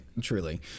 truly